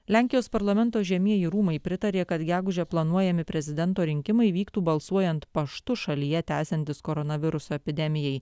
lenkijos parlamento žemieji rūmai pritarė kad gegužę planuojami prezidento rinkimai vyktų balsuojant paštu šalyje tęsiantis koronaviruso epidemijai